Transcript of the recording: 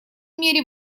мере